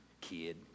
kid